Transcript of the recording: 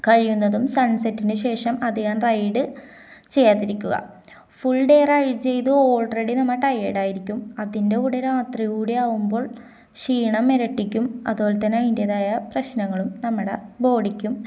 കഴിയുന്നതും സൺസെറ്റിനു ശേഷം അധികം റൈഡ് ചെയ്യാതിരിക്കുക ഫുൾ ഡേ റൈഡ് ചെയ്തു ഓൾറെഡി നമ്മ ടയേഡായിരിക്കും അതിൻ്റെ കൂടെ രാത്രി കൂടെ ആവുമ്പോൾ ക്ഷീണം ഇരട്ടിക്കും അതുപോലെതന്നെ അതിന്റേതായ പ്രശ്നങ്ങളും നമ്മടെ ബോഡിക്കും